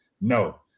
No